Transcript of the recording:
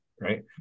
right